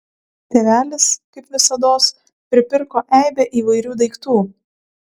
tėvelis kaip visados pripirko eibę įvairių daiktų